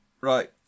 right